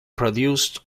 produced